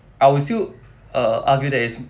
I will still uh argue that it's